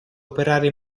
operare